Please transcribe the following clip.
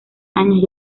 años